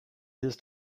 his